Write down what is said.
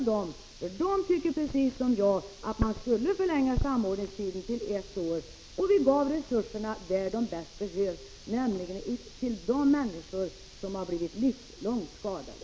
De anställda hos försäkringskassorna tycker precis som jag, att vi skall förlänga samordningstiden till ett år och ge resurserna till dem som bäst behöver hjälp, nämligen de människor som har blivit livslångt skadade.